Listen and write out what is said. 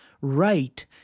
right